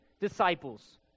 disciples